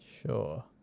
Sure